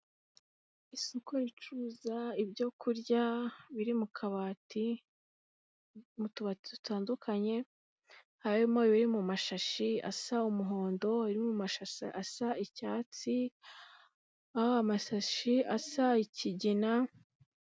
Isoko ricuruza ibyo kurya biri mu kabati, mu tubati dutandukanye, harimo ibiri mu mashashi asa umuhondo, ibiri mu mashashi asa icyatsi, amashashi asa ikigina